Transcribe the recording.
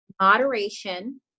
moderation